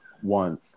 One